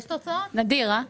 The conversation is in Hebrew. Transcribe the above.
נדיר, הא?